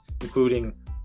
including